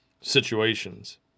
situations